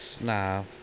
nah